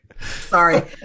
Sorry